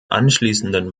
anschließenden